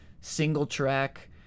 single-track